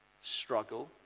struggle